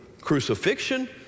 crucifixion